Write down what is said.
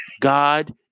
God